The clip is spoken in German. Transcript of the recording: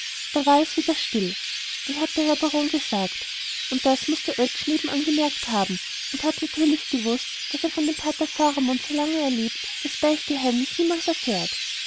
da war es wieder still dann hat der herr baron gesagt das muß der oetsch nebenan gemerkt haben und hat natürlich gewußt daß er von dem pater faramund solange der lebt das beichtgeheimnis niemals erfährt